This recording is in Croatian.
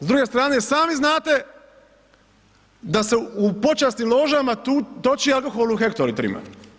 S druge strane sami znate da se u počasnim ložama toči alkohol u hektolitrima.